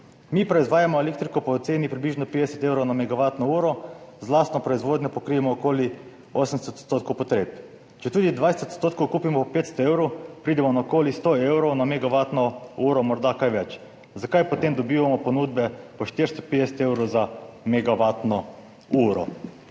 Mi proizvajamo elektriko po ceni približno 50 evrov za megavatno uro, z lastno proizvodnjo pokrijemo okoli 80 % potreb. Če tudi 20 % kupimo po 500 evrov, pridemo na okoli 100 evrov za megavatno uro, morda kaj več. Zakaj potem dobivamo ponudbe po 450 evrov za megavatno uro?